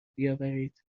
بیاورید